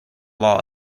law